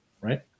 right